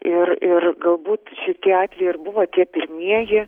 ir ir galbūt tie atvejai ir buvo tie pirmieji